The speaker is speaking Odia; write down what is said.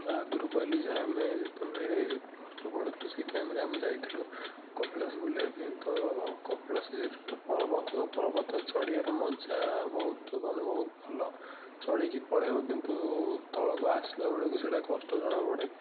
ଆଗରୁ କହିଲି ଯେ ଆମେ ଯେତେବେଳେ ପ୍ଲସ୍ ଟୁ ପଢ଼ୁଥିଲୁ ସେଇ ଟାଇମ୍ରେ ଆମେ ଯାଇଥିଲୁ କପିଳାସ ବୁଲିବା ପାଇଁ ତ କପିଳାସ ଯେହେତୁ ଗୋଟେ ପର୍ବତ ତ ପର୍ବତରେ ଚଢ଼ିବାର ମଜା ବହୁତ ମାନେ ବହୁତ ଭଲ ଚଢ଼ିକି ପଳେଇବ କିନ୍ତୁ ତଳକୁ ଆସିଲା ବେଳକୁ ସେଟା କଷ୍ଟ ଜଣାପଡ଼େ